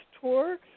Tour